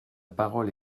parole